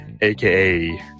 aka